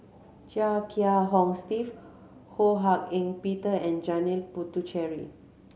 Chia Kiah Hong Steve Ho Hak Ean Peter and Janil Puthucheary